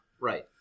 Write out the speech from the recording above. right